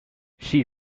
she